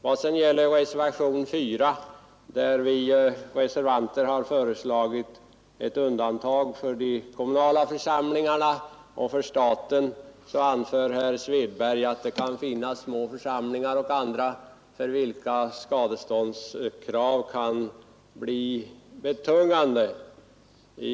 Beträffande reservationen 4, där det föreslås ett undantag för de kommunala församlingarna och för staten, anför herr Svedberg att det finns små församlingar och andra, för vilka skadeståndskrav kan bli betungande.